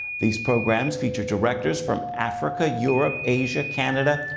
these programs feature directors from africa, europe, asia, canada,